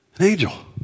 angel